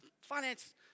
finance